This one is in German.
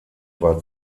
war